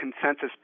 consensus